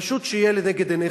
פשוט שיהיה לנגד עיניך,